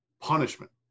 punishment